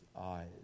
eyes